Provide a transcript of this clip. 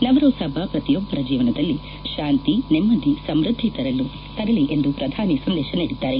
ನವ್ರೋಜ್ ಹಬ್ಲ ಪ್ರತಿಯೊಬ್ಬರ ಜೀವನದಲ್ಲಿ ಶಾಂತಿ ನೆಮ್ಮದಿ ಸಮೃದ್ಧಿ ತರಲಿ ಎಂದು ಪ್ರಧಾನಿ ಸಂದೇಶ ನೀಡಿದ್ದಾರೆ